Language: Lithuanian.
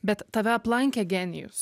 bet tave aplankė genijus